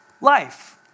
life